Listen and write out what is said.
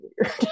weird